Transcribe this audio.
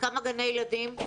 כמה גני ילדים?